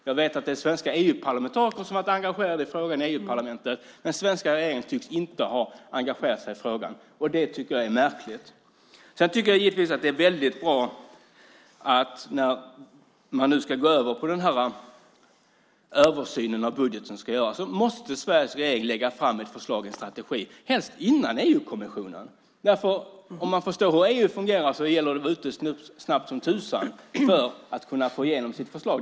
Jag vet att svenska EU-parlamentariker har varit engagerade i frågan i EU-parlamentet, men svenska regeringen tycks inte ha engagerat sig i frågan, och det tycker jag är märkligt. När nu den här översynen av budgeten ska göras måste Sveriges regering lägga fram ett förslag om strategi - helst före EU-kommissionen. Om man förstår hur EU fungerar så vet man att det gäller att vara ute snabbt som tusan för att kunna få igenom sitt förslag.